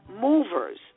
movers